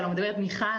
נציגים